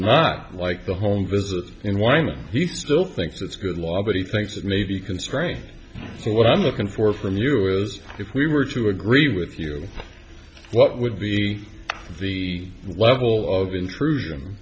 not like the home visit in wyoming he still thinks it's a good law but he thinks it may be constrained to what i'm looking for from you as if we were to agree with you what would be the level of intrusion